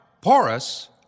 porous